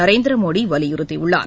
நரேந்திர மோடி வலியுறுத்தியுள்ளார்